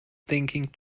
thinking